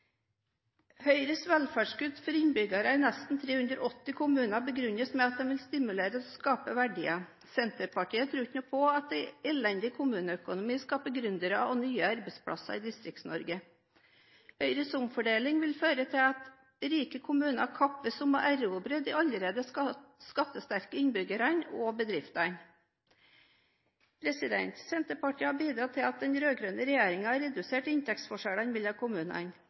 Høyres velferdskutt for innbyggerne i nesten 380 kommuner begrunnes med at de vil stimulere til å skape verdier. Senterpartiet tror ikke noe på at en elendig kommuneøkonomi skaper gründere og nye arbeidsplasser i Distrikts-Norge. Høyres omfordeling vil føre til at rike kommuner kappes om å erobre de allerede skattesterke innbyggerne og bedriftene. Senterpartiet har bidratt til at den rød-grønne regjeringen har redusert inntektsforskjellene mellom kommunene.